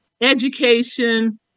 education